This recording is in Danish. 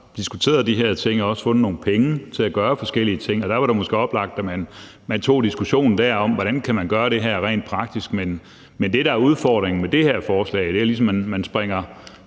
diskuteret de her ting og også fundet nogle penge til at gøre forskellige ting. Og det var måske oplagt, at man der tog diskussionen om, hvordan man kan gøre det her rent praktisk. Men det, der er udfordringen med det her forslag, er ligesom, at man springer